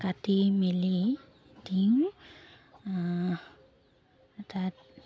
কাটি মেলি দিওঁ তাত